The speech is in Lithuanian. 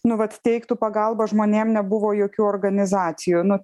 nu vat teiktų pagalbą žmonėm nebuvo jokių organizacijų nu